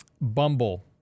Bumble